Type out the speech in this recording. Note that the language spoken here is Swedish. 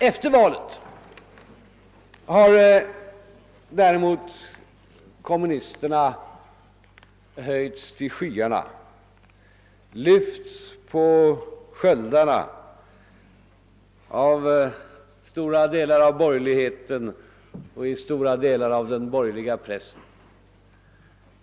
Efter valet har däremot kommunisterna höjts till skyarna, lyfts på sköldarna av stora delar av borgerligheten och i stora delar av den borgerliga pressen.